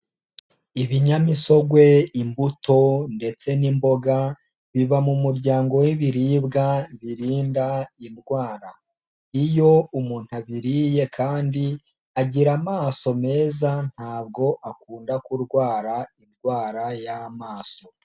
Ibinyamisogwe, imbuto ndetse n'imboga biba mu muryango w'ibiribwa birinda indwara, iyo umuntu abiriye kandi agira amaso meza ntabwo akunda kurwara indwara y'amaso.